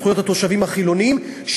בזכויות התושבים החילונים,